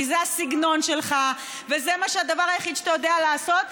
כי זה הסגנון שלך וזה הדבר היחיד שאתה יודע לעשות.